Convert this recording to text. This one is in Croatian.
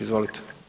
Izvolite.